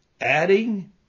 adding